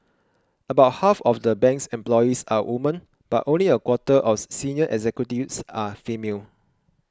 about half of the bank's employees are women but only a quarter of senior executives are female